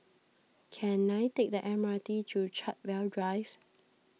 can I take the M R T to Chartwell Drives